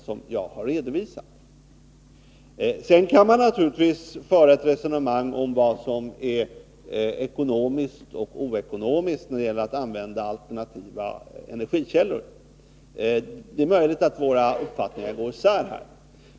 Sedan kan man naturligtvis resonera om vad som är ekonomiskt och oekonomiskt när det gäller att använda alternativa energikällor. Det är möjligt att våra uppfattningar går isär på den punkten.